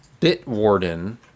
Bitwarden